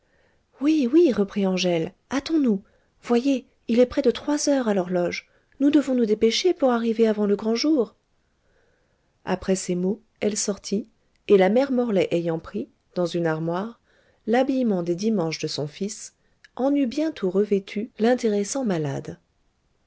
oui oui reprit angèle hâtons-nous voyez il est près de trois heures à l'horloge nous devons nous dépêcher pour arriver avant le grand jour après ces mots elle sortit et la mère morlaix ayant pris dans une armoire l'habillement des dimanches de son fils en eut bientôt revêtu l'intéressant malade